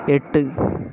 எட்டு